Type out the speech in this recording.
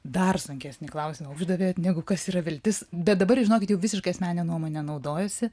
dar sunkesnį klausimą uždavėt negu kas yra viltis bet dabar žinokit jau visiškai asmenine nuomone naudojuosi